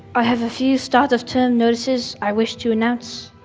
i have a few start of term notices i wish to announce.